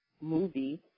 movie